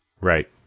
Right